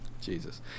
Jesus